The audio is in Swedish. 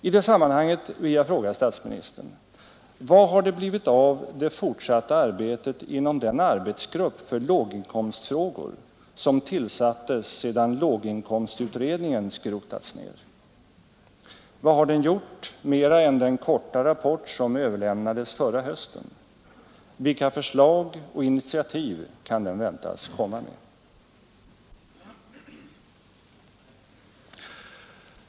I det sammanhanget vill jag fråga statsministern: Vad har det blivit av det fortsatta arbetet inom den arbetsgrupp för låginkomstfrågor, som tillsattes sedan låginkomstutredningen skrotats ner? Vad har den gjort mera än den korta rapport som överlämnades förra hösten? Vilka förslag och initiativ kan den väntas komma med?